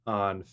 on